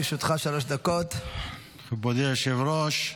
מכובדי היושב-ראש,